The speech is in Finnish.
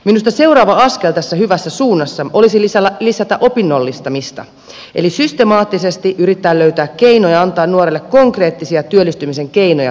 minusta seuraava askel tässä hyvässä suunnassa olisi lisätä opinnollistamista eli systemaattisesti yrittää löytää keinoja antaa nuorelle konkreettisia työllistymisen keinoja työpajajakson aikana